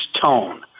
tone